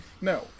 No